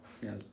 Yes